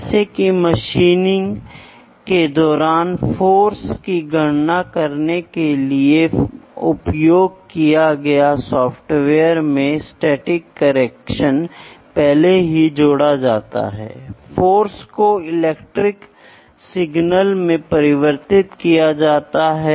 फिर हम माप के लेवलौं के बारे में बात करते हैं तीन प्रकार के लेवल हैं एक को प्राइमरी लेवल के रूप में कहा जाता है दूसरे को सेकेंड्री लेवल के रूप में और तीसरे को टर्टियरी लेवल के रूप में कहा जाता है